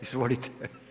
Izvolite.